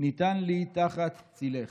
ניתן לי תחת צל צילך.